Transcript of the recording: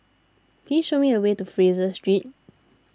please show me the way to Fraser Street